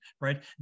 right